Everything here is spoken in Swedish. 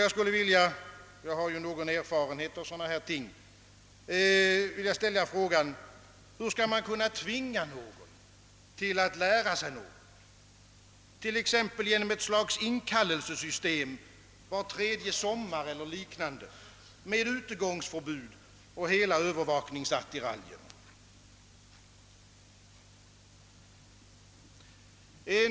Eftersom jag har någon erfarenhet av detta, skulle jag vilja ställa frågan: Hur skall man kunna tvinga någon att lära sig något, t.ex. genom ett system med inkallelser var tredje sommar eller något liknande, med utegångsförbud och hela övervakningsattiraljen?